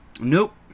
Nope